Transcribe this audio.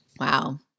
Wow